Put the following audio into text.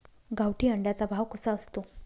गावठी अंड्याचा भाव कसा असतो?